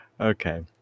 Okay